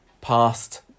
past